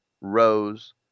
Rose